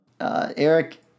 Eric